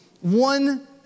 one